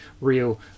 real